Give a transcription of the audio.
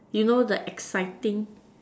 you know the exciting